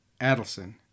Adelson